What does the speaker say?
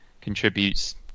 contributes